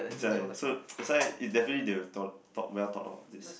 that's why so that's why if definitely they will talk well talk about this